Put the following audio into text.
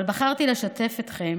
אבל בחרתי לשתף אתכם